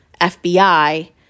FBI